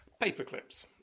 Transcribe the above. Paperclips